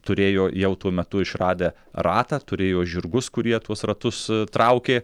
turėjo jau tuo metu išradę ratą turėjo žirgus kurie tuos ratus traukė